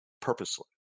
purposely